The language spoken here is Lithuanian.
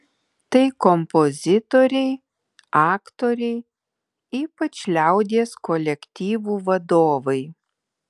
tai kompozitoriai aktoriai ypač liaudies kolektyvų vadovai